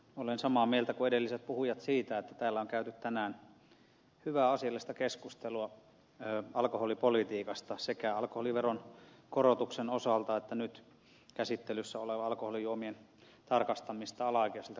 olen samaa mieltä kuin edelliset puhujat siitä että täällä on käyty tänään hyvää asiallista keskustelua alkoholipolitiikasta sekä alkoholiveron korotuksen osalta että nyt käsittelyssä olevassa lakiesityksessä alkoholijuomien tarkastamisesta alaikäisiltä